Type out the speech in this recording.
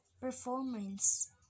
performance